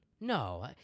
No